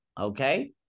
Okay